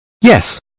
Yes